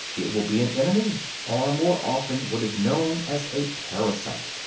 it will be an enemy or, more often, what is known as a parasite.